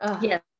yes